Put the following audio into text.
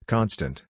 Constant